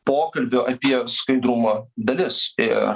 pokalbių apie skaidrumą dalis ir